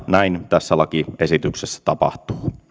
näin tässä lakiesityksessä tapahtuu